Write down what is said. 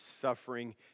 suffering